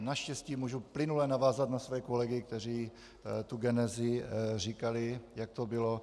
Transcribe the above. Naštěstí můžu plynule navázat na své kolegy, kteří tu genezi říkali, jak to bylo.